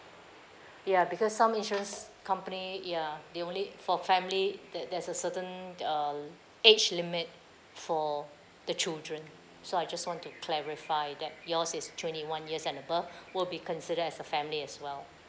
ya because some insurance company ya they only for family there there's a certain uh age limit for the children so I just want to clarify that yours is twenty one years and above will be considered as a family as well